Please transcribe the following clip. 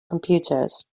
computers